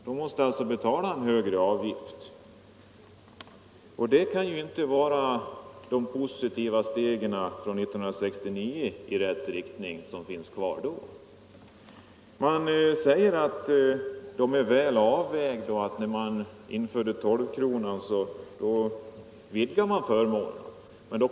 Dessa måste alltså betala en högre avgift och det kan inte vara ett steg i rätt riktning sett i förhållande till beslutet 1969. Man säger att höjningen är väl avvägd och att när tolvkronan infördes vidgades förmånerna.